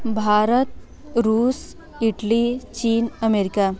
भारत रूस इटली चीन अमेरिका